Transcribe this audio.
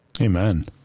Amen